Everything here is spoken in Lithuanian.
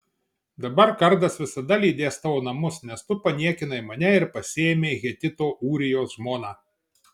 dabar kardas visada lydės tavo namus nes tu paniekinai mane ir pasiėmei hetito ūrijos žmoną